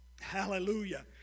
Hallelujah